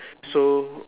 so